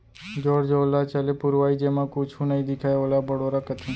जोर जोर ल चले पुरवाई जेमा कुछु नइ दिखय ओला बड़ोरा कथें